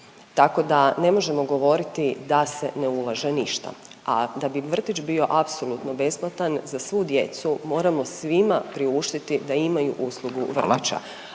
tako da ne možemo govoriti da se ne ulaže ništa. A da bi vrtić bio apsolutno besplatan za djecu moramo svima priuštiti da imaju uslugu